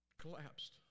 Collapsed